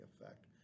effect